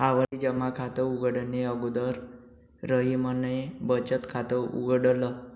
आवर्ती जमा खात उघडणे अगोदर रहीमने बचत खात उघडल